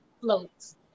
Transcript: floats